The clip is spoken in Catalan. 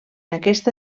aquesta